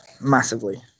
massively